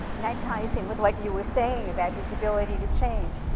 that ties in with what you were saying about his ability to change,